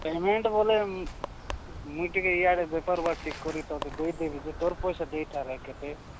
payment ବୋଲେ ମୁଇଁ ଟିକେ ଇଆଡ଼େ ବେପାର ବାର୍ ଟିକେ କରି ତୋତେ ଦେଇଦେବି ଯେ ତୋର ପଇସା ଦେଇଥାରେ କେତେ